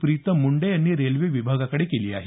प्रीतम मुंडे यांनी रेल्वे विभागाकडे केली आहे